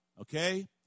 Okay